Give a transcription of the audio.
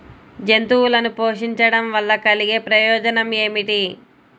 జంతువులను పోషించడం వల్ల కలిగే ప్రయోజనం ఏమిటీ?